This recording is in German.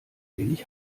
wenig